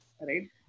right